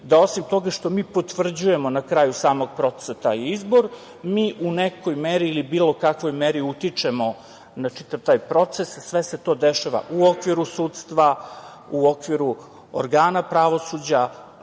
da osim toga što mi potvrđujemo na kraju samog procesa taj izbor, mi u nekoj meri ili bilo kakvoj meri utičemo na čitav taj proces, sve se to dešava u okviru sudstva, u okviru organa pravosuđa,